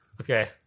Okay